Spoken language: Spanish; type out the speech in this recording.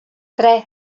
tres